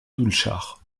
doulchard